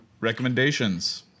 recommendations